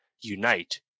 unite